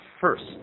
first